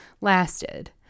lasted